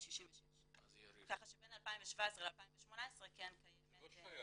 566. כך שבין 2017 לבין 2018 כן קיימת --- זה לא שייך.